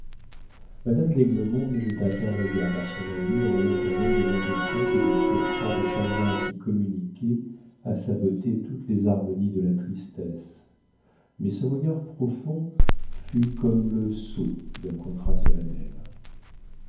madame d'aiglemont ne jeta qu'un regard à son ami en l'entendant demander compte du surcroît de chagrin qui communiquait à sa beauté toutes les harmonies de la tristesse mais ce regard profond fut comme le sceau d'un contrat solennel